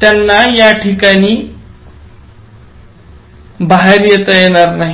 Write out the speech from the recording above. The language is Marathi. त्यांना याठिकाणहून येता येणार नाही